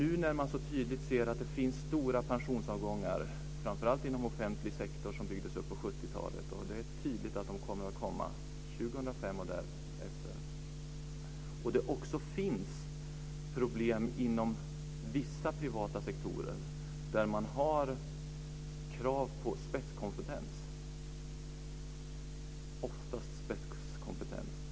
Nu ser man tydligt att det kommer att bli stora pensionsavgångar 2005 och därefter - framför allt inom den offentliga sektor som byggdes upp på 70-talet - och att det finns problem inom vissa privata sektorer där det ställs krav på spetskompetens.